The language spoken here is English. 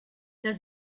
does